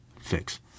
fix